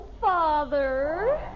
Father